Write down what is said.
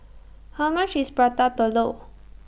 How much IS Prata Telur